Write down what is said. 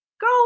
go